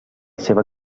seva